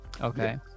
okay